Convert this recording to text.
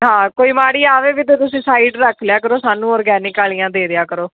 ਹਾਂ ਕੋਈ ਮਾੜੀ ਆਵੇ ਵੀ ਤਾਂ ਤੁਸੀਂ ਸਾਈਡ ਰੱਖ ਲਿਆ ਕਰੋ ਸਾਨੂੰ ਔਰਗੈਨਿਕ ਵਾਲੀਆਂ ਦੇ ਦਿਆ ਕਰੋ